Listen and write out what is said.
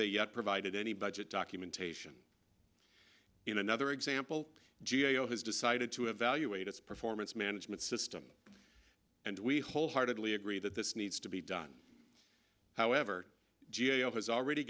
yet provided any budget documentation in another example g a o has decided to evaluate its performance management system and we wholeheartedly agree that this needs to be done however g a o has already